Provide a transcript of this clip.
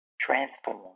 transform